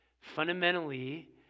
Fundamentally